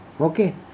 Okay